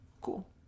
cool